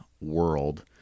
world